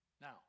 Now